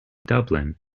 dublin